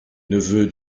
neveu